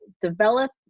develop